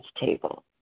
table